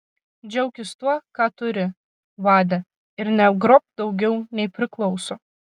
džiaukis tuo ką turi vade ir negrobk daugiau nei priklauso